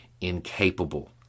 incapable